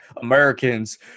americans